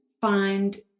find